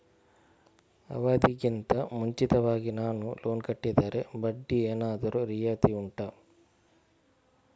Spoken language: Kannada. ಅವಧಿ ಗಿಂತ ಮುಂಚಿತವಾಗಿ ನಾನು ಲೋನ್ ಕಟ್ಟಿದರೆ ಬಡ್ಡಿ ಏನಾದರೂ ರಿಯಾಯಿತಿ ಉಂಟಾ